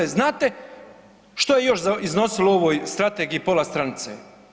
A znate što je još iznosilo u ovoj strategiji pola stranice?